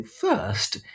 first